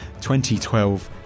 2012